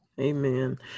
Amen